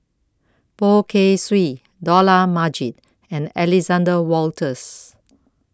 Poh Kay Swee Dollah Majid and Alexander Wolters